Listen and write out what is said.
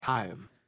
Time